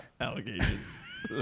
Allegations